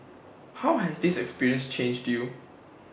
how has this experience changed you